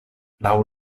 laŭ